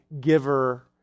giver